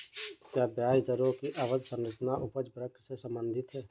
क्या ब्याज दरों की अवधि संरचना उपज वक्र से संबंधित है?